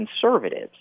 conservatives